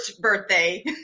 birthday